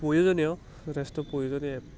প্ৰয়োজনীয় যথেষ্ট প্ৰয়োজনীয় এপ